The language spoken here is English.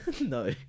No